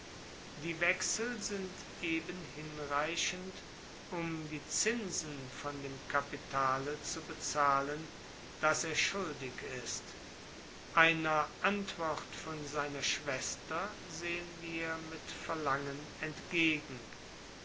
die wechsel sind eben hinreichend um die zinsen von dem kapitale zu bezahlen das er schuldig ist einer antwort von seiner schwester sehen wir mit verlangen entgegen